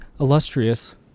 illustrious